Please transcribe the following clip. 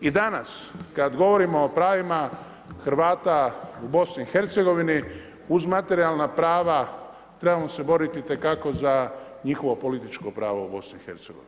I danas kad govorimo o pravima Hrvata u BIH, uz materijalna prava trebamo se boriti itekako za njihovo političko pravo u BIH.